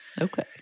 Okay